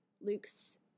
Luke's